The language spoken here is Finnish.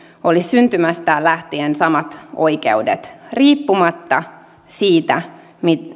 olisi syntymästään lähtien samat oikeudet riippumatta siitä